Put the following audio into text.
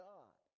God